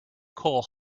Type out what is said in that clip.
coal